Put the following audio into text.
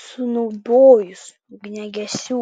sunaudojus ugniagesių